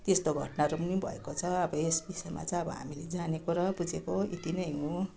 त्यस्तो घटनाहरू पनि भएको छ अब यस विषयमा चाहिँ अब हामीले जानेको र बुझेको यत्ति नै हो